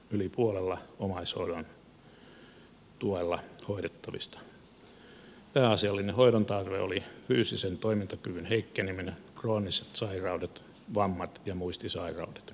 yli puolella omaishoidon tuella hoidettavista pääasiallinen hoidon tarve oli fyysisen toimintakyvyn heikkeneminen krooniset sairaudet vammat ja muistisairaudet